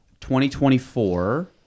2024